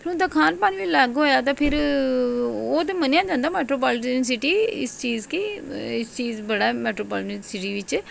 फ्ही उंदा खान पान बी अलग होआ ते ओह् ते मन्नेआ जंदा मैट्रो पालटी सिटी ते इस चीज गी इस चीज बड़ा मैट्रो पाल्टी सिटी बेच